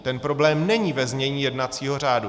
Ten problém není ve znění jednacího řádu.